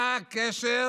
מה הקשר